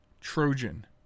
trojan